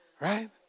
right